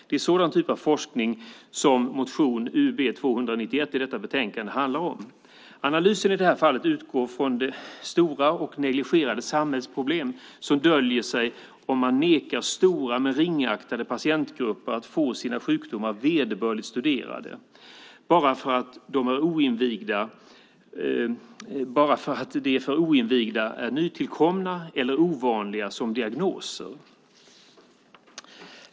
Det är sådan typ av forskning som motion Ub291 som behandlas i detta betänkande handlar om. Analysen i det här fallet utgår från det stora och negligerade samhällsproblem som döljer sig om man nekar stora men ringaktade patientgrupper att få sina sjukdomar vederbörligt studerade bara för att dessa för oinvigda är nytillkomna eller ovanliga som diagnoser.